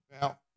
Now